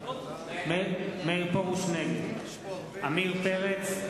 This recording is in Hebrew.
נגד עמיר פרץ,